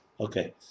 Okay